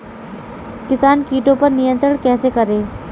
किसान कीटो पर नियंत्रण कैसे करें?